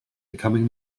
becoming